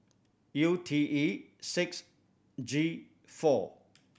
U T E six G four